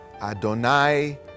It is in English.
Adonai